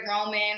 Roman